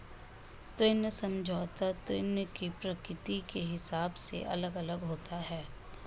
ऋण समझौता ऋण की प्रकृति के हिसाब से अलग अलग होता है